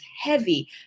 heavy